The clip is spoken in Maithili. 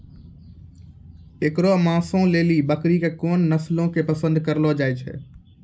एकरो मांसो लेली बकरी के कोन नस्लो के पसंद करलो जाय छै?